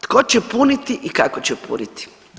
Tko će puniti i kako će puniti?